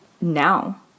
now